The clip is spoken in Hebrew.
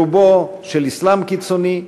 ברובו של אסלאם קיצוני.